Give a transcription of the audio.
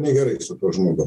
negerai su žmogum